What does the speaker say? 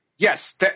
Yes